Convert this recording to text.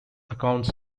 accounts